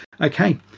Okay